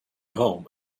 home